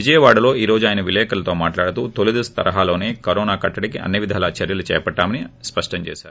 విజయవాడలో ఈ రోజు ఆయన విలేకరులతో మాట్లాడుతూ తొలిదశ తరహాలోసే కరోనా కట్టడికి అన్నివిధాల చర్యలు చేపట్టామని స్పష్టం చేసారు